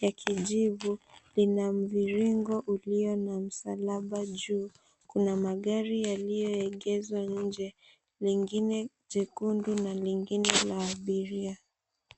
ya kijivu. Lina mviringo ulio na msalaba juu. Kuna magari yalioegezwa nje, lingine jekundu na lingine la abiria.